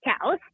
cows